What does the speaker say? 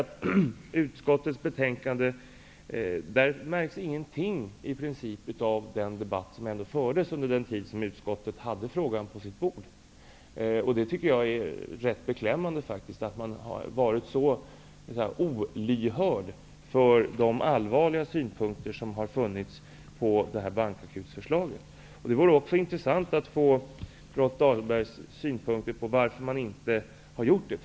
I utskottsbetänkandet finns praktiskt taget ingenting av den debatt som fördes när utskottet hade ärendet på sitt bord. Jag tycker att det är beklämmande att man varit så föga lyhörd för de allvarliga synpunkter som funnits på förslaget om en bankakut. Det skulle vara intressant att få Rolf Dahlbergs synpunkter på att man inte har gjort det.